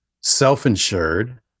self-insured